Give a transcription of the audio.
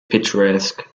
picturesque